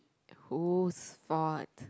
whose fault